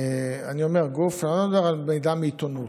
אני אומר "גוף", אני לא מדבר על מידע מעיתונות.